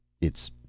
It's